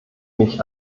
mich